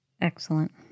Excellent